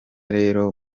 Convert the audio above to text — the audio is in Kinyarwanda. rero